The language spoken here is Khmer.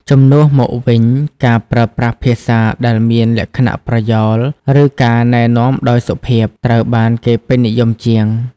ជំនួសមកវិញ ការប្រើប្រាស់ភាសាដែលមានលក្ខណៈប្រយោល ឬការណែនាំដោយសុភាព ត្រូវបានគេពេញនិយមជាង។